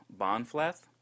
Bonfleth